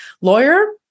lawyer